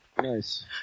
Nice